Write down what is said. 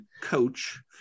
coach